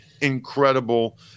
Incredible